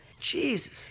Jesus